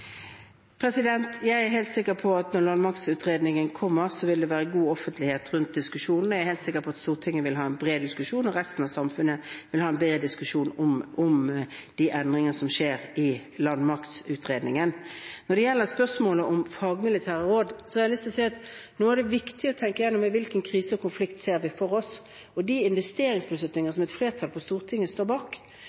offentlighet rundt diskusjonen. Jeg er helt sikker på at Stortinget vil ha en bred diskusjon, og at resten av samfunnet vil ha en bred diskusjon om de endringene som skjer i forbindelse med landmaktutredningen. Når det gjelder spørsmålet om fagmilitære råd, har jeg lyst til å si at det nå er viktig å tenke gjennom hvilken krise og konflikt vi ser for oss. De investeringsbeslutninger som et flertall på Stortinget står bak